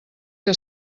que